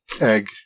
egg